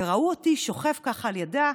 וראו אותי שוכב על ידה,